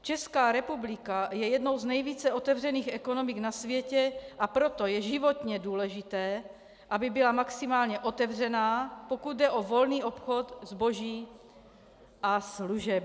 Česká republika je jednou z nejvíce otevřených ekonomik na světě, a proto je životně důležité, aby byla maximálně otevřená, pokud jde o volný obchod zboží a služeb.